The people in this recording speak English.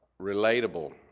relatable